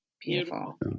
Beautiful